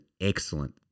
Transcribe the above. excellent